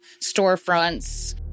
storefronts